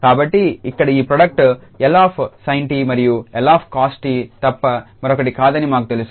కాబట్టి ఇక్కడ ఈ ప్రోడక్ట్ L sin𝑡 మరియు L cos𝑡 తప్ప మరొకటి కాదని మాకు తెలుసు